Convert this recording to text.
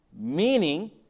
meaning